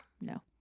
No